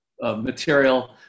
material